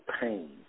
pain